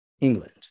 England